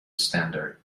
standard